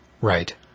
Right